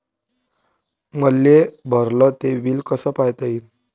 मले भरल ते बिल कस पायता येईन?